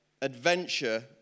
adventure